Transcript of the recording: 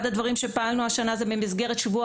אחד הדברים שפעלנו השנה זה במסגרת שבוע